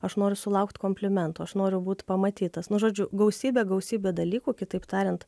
aš noriu sulaukt komplimentų aš noriu būt pamatytas nu žodžiu gausybė gausybė dalykų kitaip tariant